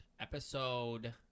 episode